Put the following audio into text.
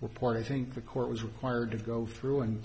report i think the court was required to go through and